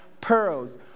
pearls